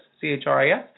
C-H-R-I-S